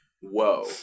whoa